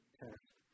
test